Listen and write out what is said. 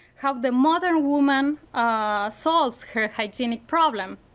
how the modern woman ah solves her hygienic problem.